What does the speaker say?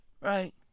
Right